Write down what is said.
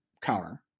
counter